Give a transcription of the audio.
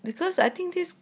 because I think this